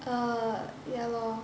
err ya lor